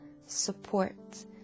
support